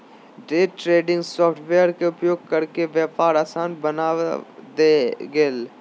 day trading software के उपयोग करके व्यापार आसान बना देल गेलय